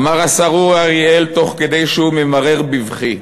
אמר השר אורי אריאל, תוך כדי שהוא ממרר בבכי: